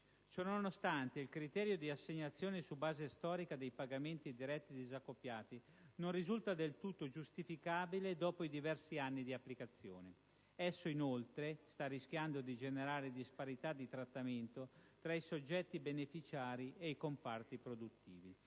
Ciononostante, il criterio di assegnazione su base storica dei pagamenti diretti disaccoppiati non risulta del tutto giustificabile dopo diversi anni di applicazione. Esso, inoltre, sta rischiando di generare disparità di trattamento tra soggetti beneficiari e comparti produttivi.